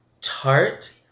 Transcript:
tart